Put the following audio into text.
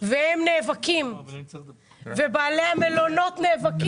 והם נאבקים ובעלי המלונות נאבקים.